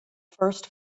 first